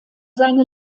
seine